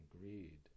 greed